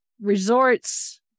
Resorts